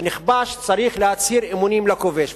שנכבש צריך להצהיר אמונים לכובש,